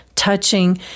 touching